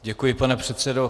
Děkuji, pane předsedo.